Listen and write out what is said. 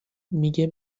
میگه